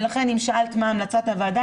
לכן אם שאלת מה המלצת הוועדה,